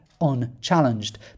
unchallenged